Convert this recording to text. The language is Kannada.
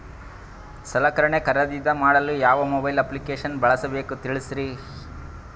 ಸಲಕರಣೆ ಖರದಿದ ಮಾಡಲು ಯಾವ ಮೊಬೈಲ್ ಅಪ್ಲಿಕೇಶನ್ ಬಳಸಬೇಕ ತಿಲ್ಸರಿ?